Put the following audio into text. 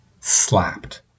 slapped